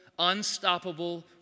Unstoppable